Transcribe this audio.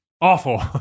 Awful